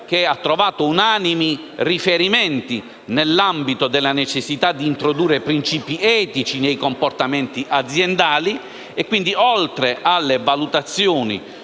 che ha trovato unanimi riferimenti nell'ambito della necessità di introdurre principi etici nei comportamenti aziendali. Quindi, oltre alle valutazioni